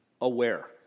aware